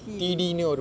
T_E_D